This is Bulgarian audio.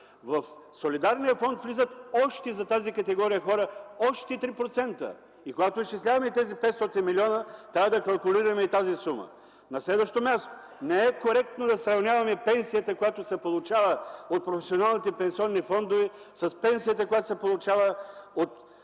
в солидарния фонд влизат още 3% за тази категория хора. Когато изчисляваме 500-те милиона, трябва да калкулираме и тази сума. На следващо място, не е коректно да сравняваме пенсията, която се получава от професионалните пенсионни фондове, с пенсията, която се получава от